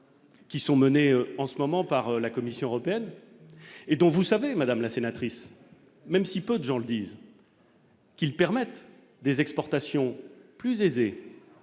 qui sont menés en ce moment par la Commission européenne et dont vous savez madame la sénatrice même si peu de gens le disent qu'ils permettent des exportations plus aisés